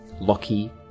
Loki